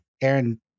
Aaron